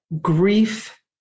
grief